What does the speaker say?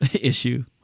issue